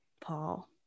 Paul